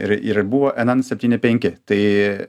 ir ir buvo n n septyni penki tai